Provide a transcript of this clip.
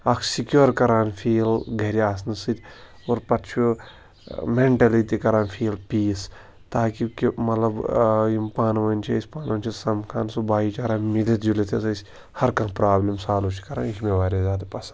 اَکھ سِکیور کَران فیٖل گَرِ آسنہٕ سۭتۍ اور پَتہٕ چھُ مٮ۪نٹٔلی تہِ کَران فیٖل پیٖس تاکہِ کہِ مطلب یِم پانہٕ وٲنۍ چھِ أسۍ پانہٕ ؤنۍ چھِ سَمکھان سُہ بایی چارہ مِلِتھ جُلِتھ یُس أسۍ ہَر کانٛہہ پرٛابلِم سالو چھِ کَران یہِ چھِ مےٚ وارِیاہ زیادٕ پَسنٛد